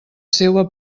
seua